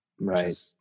Right